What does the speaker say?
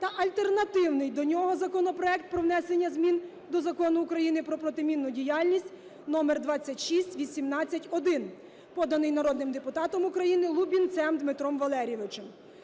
та альтернативний до нього законопроект про внесення змін до Закону України про протимінну діяльність (№2618-1), поданий народним депутатом України Лубінцем Дмитром Валерійовичем.